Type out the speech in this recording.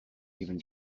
even